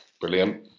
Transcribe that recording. Brilliant